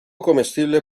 comestible